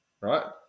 right